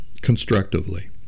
constructively